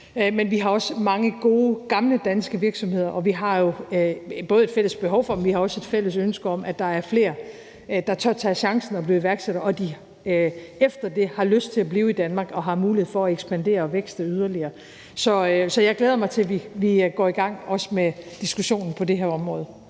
men vi har også mange gode gamle danske virksomheder. Vi har jo både et fælles behov for dem, men vi har også et fælles ønske om, at der er flere, der tør tage chancen og bliver iværksættere, og at de efter det har lyst til at blive i Danmark og har mulighed for at ekspandere og vækste yderligere. Så jeg glæder mig til, at vi også går i gang med diskussionen på det her område